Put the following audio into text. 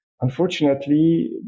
unfortunately